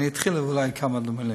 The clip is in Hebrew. אני אתחיל אולי בכמה דברים.